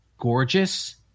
gorgeous